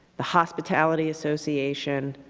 the hospitality association,